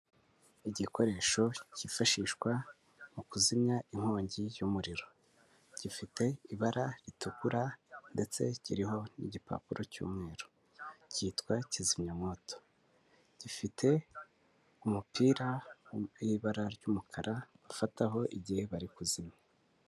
Igikoresho cyifashishwa mu kuzimya inkongi y'umuriro gifite ibara ritukura ndetse kiriho n'igipapuro cy'umweru cyitwa kizimyamwoto gifite umupira mu ibara ry'umukara bafataho igihe bari kuzimya.